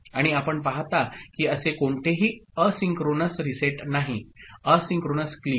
आणि आपण पाहता की असे कोणतेही एसिन्क्रोनस रीसेट नाही एसिंक्रोनस क्लियर